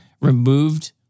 removed